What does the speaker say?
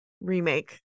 remake